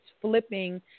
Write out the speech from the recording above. flipping